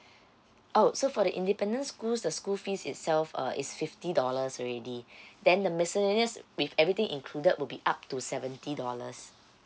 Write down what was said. oh so for the independent schools the school fees itself uh is fifty dollars already then the miscellaneous with everything included will be up to seventy dollars